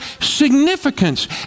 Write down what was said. significance